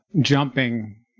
jumping